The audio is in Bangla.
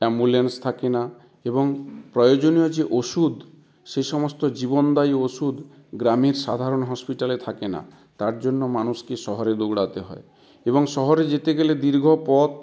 অ্যাম্বুলেন্স থাকে না এবং প্রয়োজনীয় যে ওষুধ সে সমস্ত জীবনদায়ী ওষুধ গ্রামের সাধারণ হসপিটালে থাকে না তার জন্য মানুষকে শহরে দৌড়াতে হয় এবং শহরে যেতে গেলে দীর্ঘ পথ